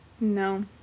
No